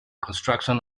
construction